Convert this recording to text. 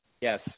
yes